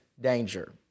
danger